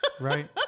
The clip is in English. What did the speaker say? Right